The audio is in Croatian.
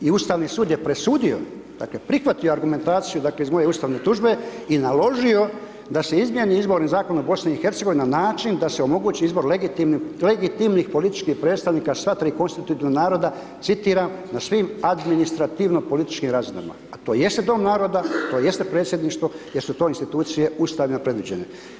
I Ustavni sud je presudio, dakle prihvatio argumentaciju, dakle, iz moje Ustavne tužbe i naložio da se izmijeni izborni zakon Bosne i Hercegovine na način da se omogući izbor legitimnih političkih predstavnika sva tri konstitutivna naroda, citiram: „ …na svim administrativno političkim razinama.“ A to jeste Dom naroda, to jeste Predsjedništvo, jer su to institucije Ustavom predviđene.